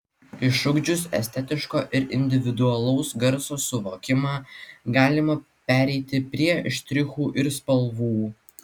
išugdžius estetiško ir individualaus garso suvokimą galima pereiti prie štrichų ir spalvų